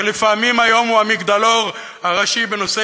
שלפעמים היום הוא המגדלור הראשי בנושא